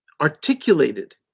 articulated